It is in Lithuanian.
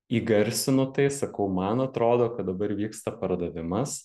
įgarsinu tai sakau man atrodo kad dabar vyksta pardavimas